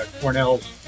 Cornell's